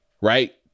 right